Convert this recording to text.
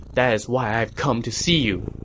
that's why i have come to see you.